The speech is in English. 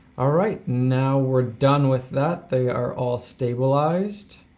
alright, now we're done with that. they are all stabilized.